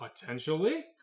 Potentially